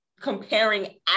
comparing